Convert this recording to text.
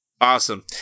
Awesome